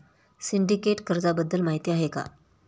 Syndicate कर्जाबद्दल माहिती आहे का?